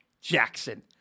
Jackson